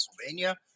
pennsylvania